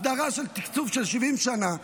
הסדרה של תקצוב של 70 שנה,